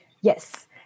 Yes